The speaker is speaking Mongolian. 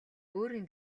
өөрийн